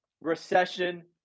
recession